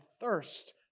thirst